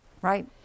right